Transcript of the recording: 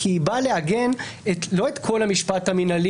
כי היא באה לעגן לא את כל המשפט המינהלי